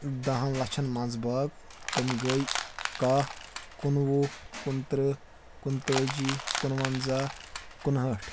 دَہن لَچھن منٛز باگ تِم گٔے کاہ کُنوُہ کنہٕ تٕرٛہ کُنہٕ تٲجی کُنہٕ وَنٛزاہ کُنہٕ ہٲٹھ